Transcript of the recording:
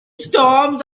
storms